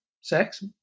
sex